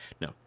no